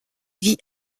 vit